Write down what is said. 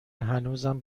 هنوزم